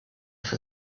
for